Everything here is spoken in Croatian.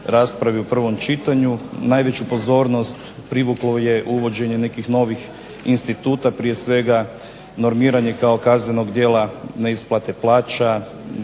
u prvom čitanju najveću pozornost privuklo je uvođenje nekih novih instituta, prije svega normiranje kao kaznenog djela neisplate plaće,